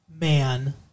man